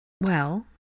Well